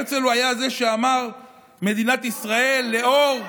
הרצל היה זה שאמר: מדינת ישראל לאור הנביאים,